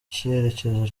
icyerekezo